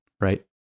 right